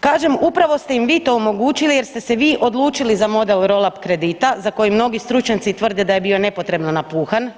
Kažem upravo ste im vi to omogućili jer ste se vi odlučili za model roll up kredita za koji mnogi stručnjaci tvrde da je bio nepotrebno napuhan.